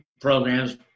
programs